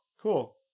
Cool